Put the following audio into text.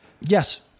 Yes